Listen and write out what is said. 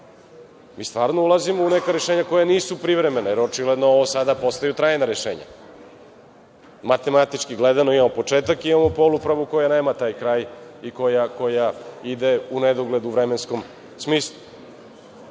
Stvarno ulazimo u neka rešenja koja nisu privremena, jer očigledno ovo sada postaju trajna rešenja. Matematički gledano, imamo početak i imamo poluupravu koja nema taj kraj i koja ide u nedogled u vremenskom smislu.